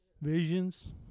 Visions